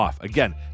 Again